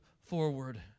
forward